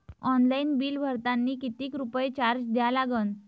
Online bill भरतानी कितीक रुपये चार्ज द्या लागन?